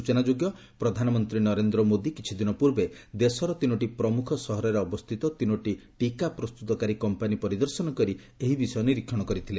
ସୂଚନା ଯୋଗ୍ୟ ପ୍ରଧାନମନ୍ତ୍ରୀ ନରେନ୍ଦ୍ର ମୋଦୀ କିଛି ଦିନ ପୂର୍ବେ ଦେଶର ତିନୋଟି ପ୍ରମୁଖ ସହରରେ ଅବସ୍ଥିତ ତିନୋଟି ଟିକା ପ୍ରସ୍ତୁତକାରୀ କମ୍ପାନୀ ପରିଦର୍ଶନ କରି ଏହି ବିଷୟ ନିରିକ୍ଷଣ କରିଥିଲେ